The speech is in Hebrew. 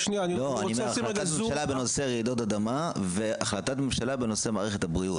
החלטת ממשלה בנושא רעידות אדמה והחלטת ממשלה בנושא מערכת הבריאות.